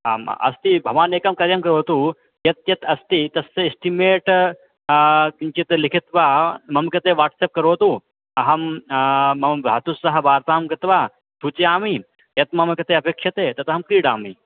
आम् अस्ति भवान् एकं कार्यं करोतु यत् यत् अस्ति तस्य एस्टिमेट् किञ्चित् लिखित्वा मम कृते वाट्सप् करोतु अहं मम भ्रातुस्सह वार्यां कृत्वा सूचयामि यत् मम कृते अपेक्षते तत् अहं क्रीणामि